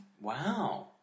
Wow